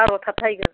बार'आव थाबथाहैगोन